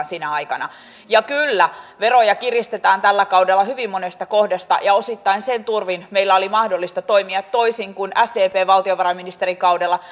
sinä aikana ja kyllä veroja kiristetään tällä kaudella hyvin monesta kohdasta ja osittain sen turvin meidän oli mahdollista toimia toisin kuin sdpn valtiovarainministerin kaudella